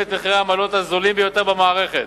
את מחירי העמלות הזולים ביותר במערכת.